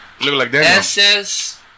SS